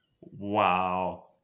Wow